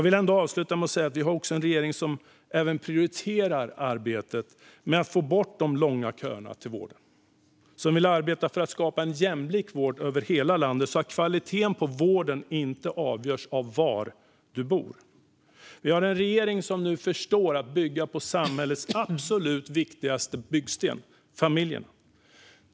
Vi har en regering som även prioriterar arbetet med att få bort de långa köerna till vården och som vill arbeta för att skapa en jämlik vård över hela landet så att kvaliteten på vården inte avgörs av var du bor. Vi har en regering som förstår att bygga på samhällets absolut viktigaste byggsten: familjerna.